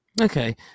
Okay